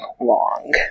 long